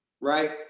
right